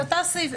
זה אותו נוסח.